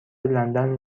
لندن